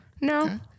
No